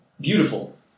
Beautiful